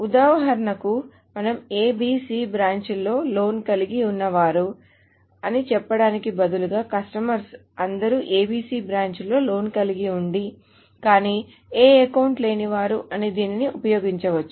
ఉదాహరణకు మనము ABC బ్రాంచ్లో లోన్ కలిగి ఉన్నవారు అని చెప్పడానికి బదులుగా కస్టమర్స్ అందరూ ABC బ్రాంచ్లో లోన్ కలిగి ఉండికాని ఏ అకౌంట్ లేనివారు అని దీనిని ఉపయోగించవచ్చు